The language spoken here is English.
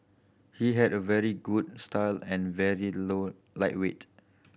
he had a very good style and very low lightweight